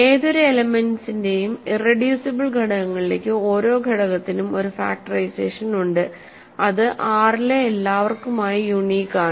ഏതൊരു എലെമെന്റ്സ്ന്റെയും ഇറെഡ്യൂസിബിൾ ഘടകങ്ങളിലേക്ക് ഓരോ ഘടകത്തിനും ഒരു ഫാക്ടറൈസേഷൻ ഉണ്ട് അത് ആർ ലെ എല്ലാവർക്കുമായി യുണീക് ആണ്